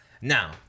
Now